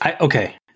Okay